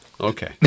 Okay